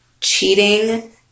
cheating